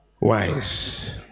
wise